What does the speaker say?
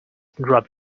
drop